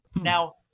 Now